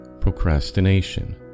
Procrastination